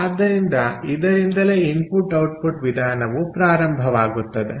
ಆದ್ದರಿಂದ ಇದರಿಂದಲೇ input output ವಿಧಾನವು ಪ್ರಾರಂಭವಾಗುತ್ತದೆ